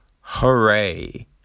Hooray